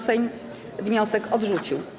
Sejm wniosek odrzucił.